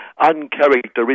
uncharacteristic